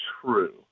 true